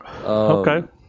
okay